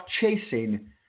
chasing